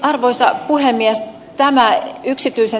arvoisa puhemies